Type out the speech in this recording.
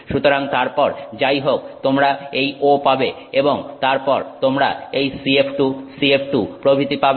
সুতরাং তারপর যাই হোক তোমরা এই O পাবে এবং তারপর তোমরা এই CF2CF2 প্রভৃতি পাবে